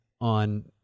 on